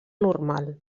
normal